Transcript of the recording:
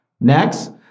Next